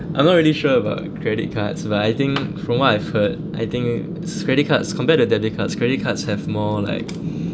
I'm not really sure about credit cards but I think from what I've heard I think it's credit cards compared to debit cards credit cards have more like